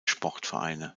sportvereine